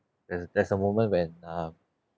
there's there's a moment when um